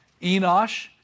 Enosh